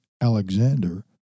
Alexander